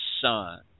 son